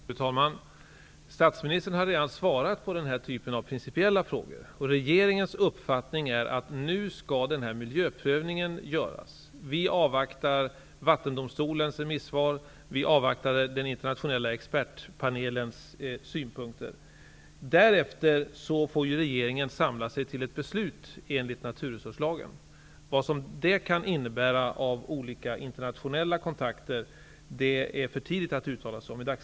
Fru talman! Statsministern har redan svarat på den här typen av principiella frågor. Regeringens uppfattning är att den här miljöprövningen nu skall göras. Vi avvaktar Vattendomstolens remissvar liksom den internationella expertpanelens synpunkter. Därefter får regeringen samla sig till ett beslut enligt naturresurslagen. Vad det kan innebära i fråga om olika internationella kontakter är det i dagsläget för tidigt att uttala sig om.